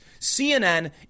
CNN